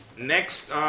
Next